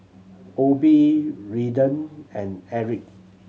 Obie Redden and Aric